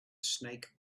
snake